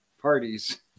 parties